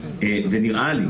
ונראה לי